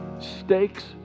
Stakes